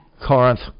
Corinth